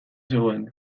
zegoen